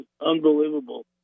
unbelievable